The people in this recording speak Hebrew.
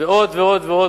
ועוד ועוד ועוד,